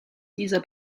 dieser